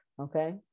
okay